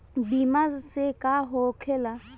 बीमा से का होखेला?